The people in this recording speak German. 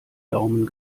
daumen